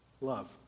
love